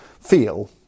feel